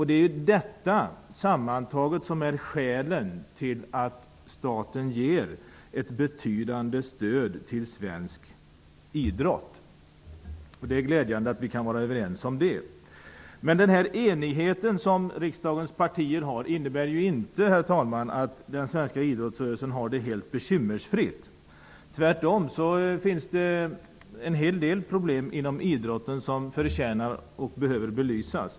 Det är dessa saker som sammantaget utgör skälen till att staten ger ett betydande stöd till svensk idrott. Det är glädjande att vi kan vara överens om det. Enigheten mellan riksdagens partier innebär inte, herr talman, att den svenska idrottsrörelsen har det helt bekymmersfritt. Tvärtom! Det finns en hel del problem inom idrotten som behöver belysas.